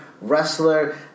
wrestler